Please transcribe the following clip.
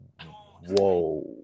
whoa